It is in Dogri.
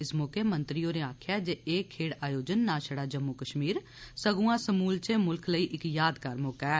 इस मौके मंत्री होरें आक्खेआ जे एह् खेड्ढ आयोजन नां छड़ा जम्मू कश्मीर संगुआ समूलवे मुल्खें लेई इक यादगार मौका ऐ